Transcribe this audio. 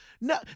No